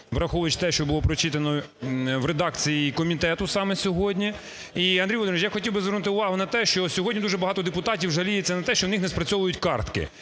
враховуючи те, що було прочитано в редакції комітету саме сьогодні. І, Андрій Володимирович, я хотів би звернути увагу на те, що сьогодні дуже багато депутатів жаліються на те, що в них не спрацьовують картки.